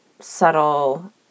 subtle